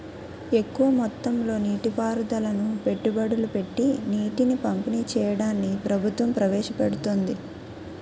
ఎక్కువ మొత్తంలో నీటి పారుదలను పెట్టుబడులు పెట్టీ నీటిని పంపిణీ చెయ్యడాన్ని ప్రభుత్వం ప్రవేశపెడుతోంది